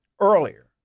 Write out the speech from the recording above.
earlier